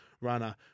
runner